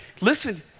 Listen